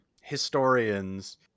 historians